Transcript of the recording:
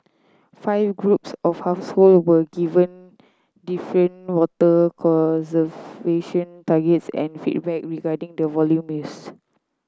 five groups of household were given different water conservation targets and feedback regarding the volume used